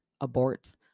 abort